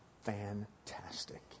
fantastic